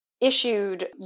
issued